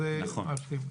אז מאפשרים --- נכון.